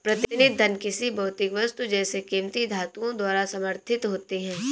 प्रतिनिधि धन किसी भौतिक वस्तु जैसे कीमती धातुओं द्वारा समर्थित होती है